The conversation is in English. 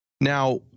Now